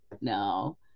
no